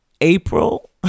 April